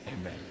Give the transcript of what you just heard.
Amen